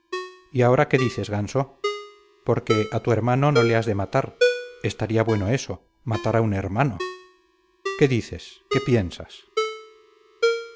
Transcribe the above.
y ahora qué dices ganso porque a tu hermano no le has de matar estaría bueno eso matar a un hermano qué dices qué piensas